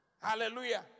Hallelujah